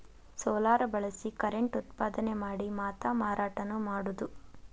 solar ಬಳಸಿ current ಉತ್ಪಾದನೆ ಮಾಡಿ ಮಾತಾ ಮಾರಾಟಾನು ಮಾಡುದು